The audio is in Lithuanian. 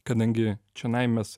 kadangi čionai mes